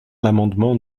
l’amendement